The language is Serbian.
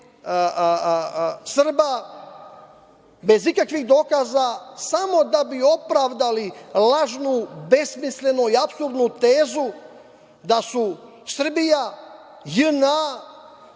protiv Srba bez ikakvih dokaza samo da bi opravdali lažnu, besmislenu i apsurdnu tezu da su Srbija,